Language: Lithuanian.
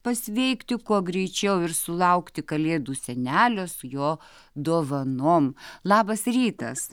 pasveikti kuo greičiau ir sulaukti kalėdų senelio su jo dovanom labas rytas